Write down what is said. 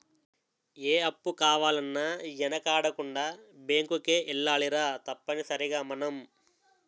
ఏ అప్పు కావాలన్నా యెనకాడకుండా బేంకుకే ఎల్లాలిరా తప్పనిసరిగ మనం